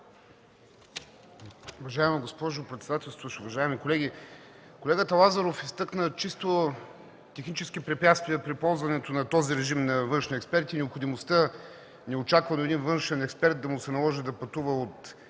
Уважаема госпожо председателстваща, уважаеми колеги! Колегата Лазаров изтъкна чисто технически препятствия при ползването на този режим на външни експерти и необходимостта неочаквано на един външен експерт да се наложи да пътува от